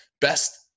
Best